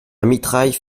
mitraille